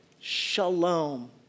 Shalom